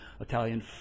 Italian